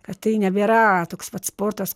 kad tai nebėra toks pat sportas